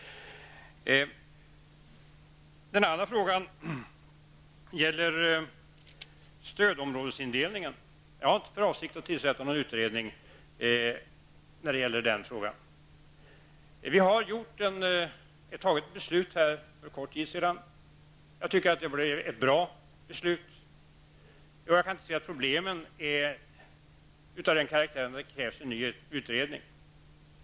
Den andra frågan gäller stödområdesindelningen. Jag har inte för avsikt att tillsätta någon utredning som gäller den frågan. Vi har fattat beslut för en kort tid sedan. Jag tycker att det blev ett bra beslut. Jag kan inte se att problemen är av den karaktären att det krävs en ny utredning.